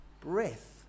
breath